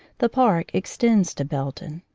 the park extends to belton.